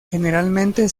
generalmente